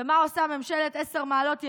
מה עושה ממשלת עשר מעלות ימינה?